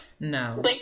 no